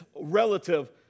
relative